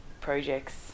projects